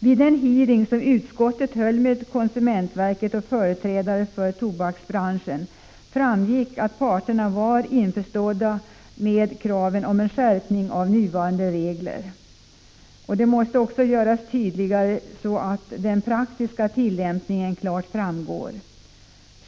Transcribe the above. Vid den hearing som utskottet höll med konsumentverket och företrädare för tobaksbranschen framgick att parterna var införstådda med kraven på skärpning av nuvarande regler. Reglerna måste också göras tydligare, så att den praktiska tillämpningen klart framgår.